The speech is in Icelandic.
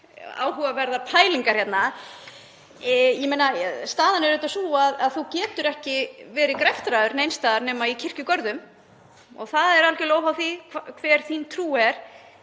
áhugaverðar pælingar hérna. Staðan er auðvitað sú að þú getur ekki verið greftraður neins staðar nema í kirkjugörðum og það er algjörlega óháð því hver þín trú er.